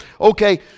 Okay